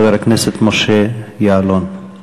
חבר הכנסת משה יעלון.